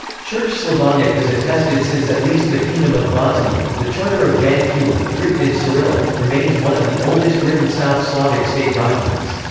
church slavonic is attested since at least the kingdom of bosnia the charter of ban kulin, written in cyrillic, remains one of the oldest written south slavic state documents.